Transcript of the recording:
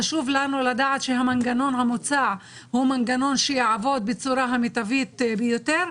חשוב לנו לדעת שהמנגנון המוצע הוא מנגנון שיעבוד בצורה המיטבית ביותר,